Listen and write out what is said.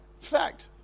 Fact